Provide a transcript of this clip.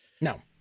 No